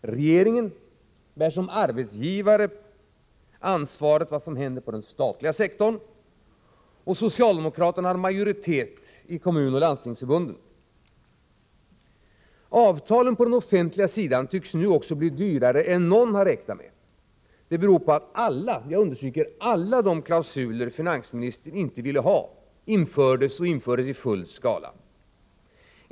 Regeringen bär som arbetsgivare ansvaret för vad som händer på den statliga sektorn, och socialdemokraterna har majoritet i kommunoch landstingsförbunden. Avtalen på den offentliga sidan tycks nu också bli dyrare än någon har räknat med. Det beror på att alla de klausuler finansministern inte ville ha infördes i full skala.